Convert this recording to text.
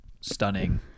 Stunning